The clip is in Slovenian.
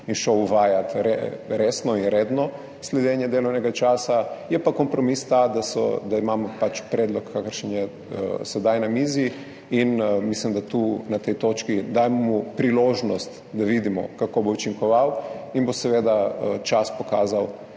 in uvajal resno in redno sledenje delovnega časa, je pa kompromis ta, da imamo predlog, kakršen je sedaj na mizi, in mislim, da mu tu na tej točki dajemo priložnost, da vidimo, kako bo učinkoval in bo seveda čas pokazal,